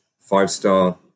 five-star